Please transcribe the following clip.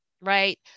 right